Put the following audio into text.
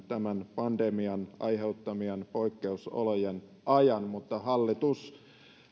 tämän pandemian aiheuttamien poikkeusolojen ajan mutta hallitus